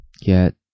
get